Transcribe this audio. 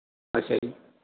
ਅੱਛਾ ਜੀ